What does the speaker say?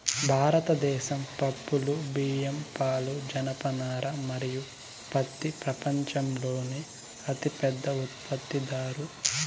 భారతదేశం పప్పులు, బియ్యం, పాలు, జనపనార మరియు పత్తి ప్రపంచంలోనే అతిపెద్ద ఉత్పత్తిదారు